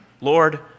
Lord